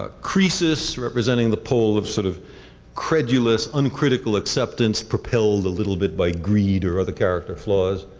ah croesus representing the pole of sort of credulous, uncritical acceptance propelled a little bit by greed or other character flaws.